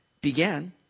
began